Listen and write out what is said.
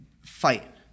Fight